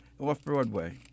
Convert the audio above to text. Off-Broadway